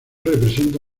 representa